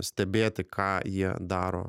stebėti ką jie daro